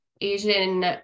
Asian